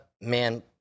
Man